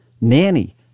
Nanny